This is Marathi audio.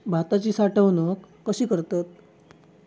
भाताची साठवूनक कशी करतत?